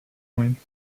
points